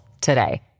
today